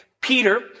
Peter